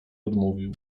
odmówił